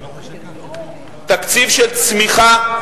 תקציב של צמיחה,